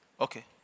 Okay